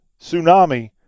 tsunami